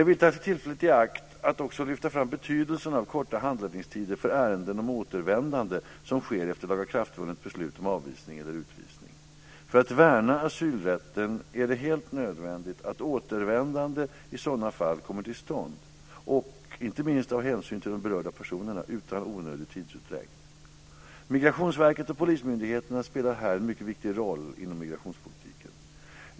Jag vill ta tillfället i akt att också lyfta fram betydelsen av korta handläggningstider för ärenden om återvändande som sker efter lagakraftvunnet beslut om avvisning eller utvisning. För att värna asylrätten är det helt nödvändigt att återvändande i sådana fall kommer till stånd och, inte minst av hänsyn till de berörda personerna, utan onödig tidsutdräkt. Migrationsverket och polismyndigheterna spelar här en mycket viktig roll inom migrationspolitiken.